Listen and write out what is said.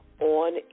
on